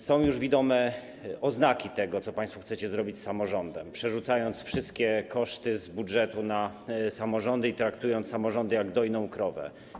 Są już widome oznaki tego, co państwo chcecie zrobić z samorządem, przerzucając wszystkie koszty z budżetu na samorządy i traktując samorządy jak dojną krowę.